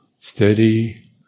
Steady